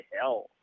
Hell